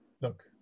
look